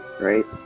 right